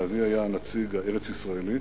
ואבי היה הנציג הארץ-ישראלי.